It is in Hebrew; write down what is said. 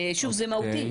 שוב, זה מהותי.